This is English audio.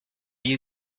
you